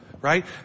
Right